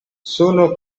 sono